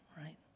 right